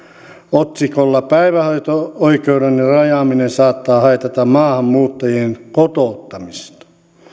otsikolla päivähoito oikeuden rajaaminen saattaa haitata maahanmuuttajien kotouttamista